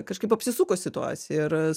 kažkaip apsisuko situacija ir